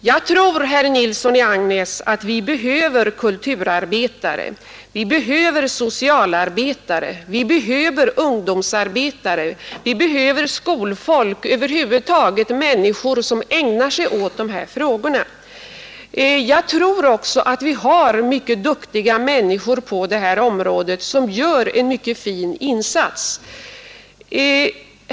Jag tror, herr Nilsson i Agnäs, att vi behöver kulturarbetare, vi behöver socialarbetare, vi behöver ungdomsarbetare, vi behöver skolfolk — över huvud taget människor som ägnar sig åt de här frågorna. Jag tror också att vi har mycket duktiga människor på dessa områden som gör en synnerligen fin insats.